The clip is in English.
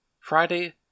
Friday